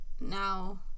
Now